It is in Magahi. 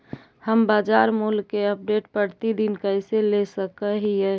हम बाजार मूल्य के अपडेट, प्रतिदिन कैसे ले सक हिय?